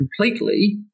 completely